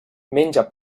menja